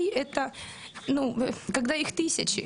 אבל תסלחו לי,